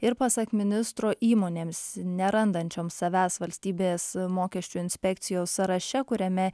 ir pasak ministro įmonėms nerandančioms savęs valstybės mokesčių inspekcijos sąraše kuriame